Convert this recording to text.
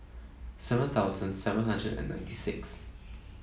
seven thousand seven hundred and ninety sixth